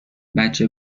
بچه